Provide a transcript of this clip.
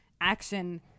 action